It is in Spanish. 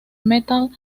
metal